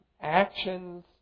actions